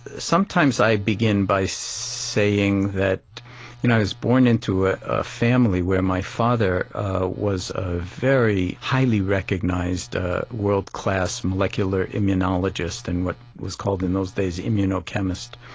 sometimes i begin by saying that i was born into ah ah family where my father was a very highly recognized world-class molecular immunologist, and what was called in those days immunochemist,